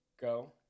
Go